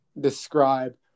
describe